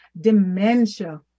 dementia